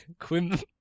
Quim